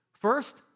First